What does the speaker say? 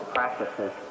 Practices